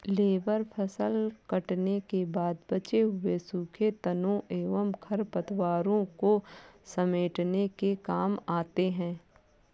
baler फसल कटने के बाद बचे हुए सूखे तनों एवं खरपतवारों को समेटने के काम आते हैं